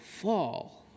fall